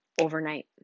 overnight